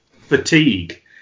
fatigue